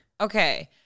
Okay